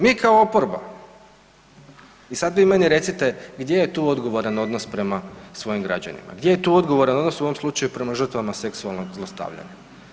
Mi kao oporba i sad vi meni recite gdje je tu odgovoran odnos prema svojim građanima, gdje je tu odgovoran odnos u ovom slučaju prema žrtvama seksualnog zlostavljanja?